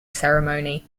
ceremony